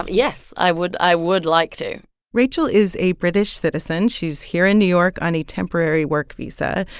yes, i would i would like to rachel is a british citizen. she's here in new york on a temporary work visa.